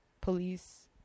police